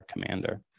commander